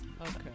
Okay